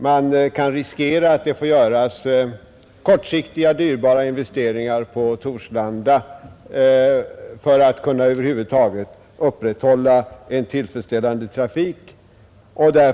Man kan riskera att det får göras kortsiktiga och dyrbara investeringar på Torslanda för att över huvud taget kunna upprätthålla en tillfredsställande trafik.